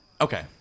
Okay